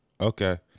Okay